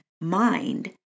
mind